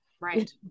Right